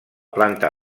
planta